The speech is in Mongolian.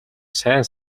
сайн